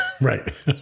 Right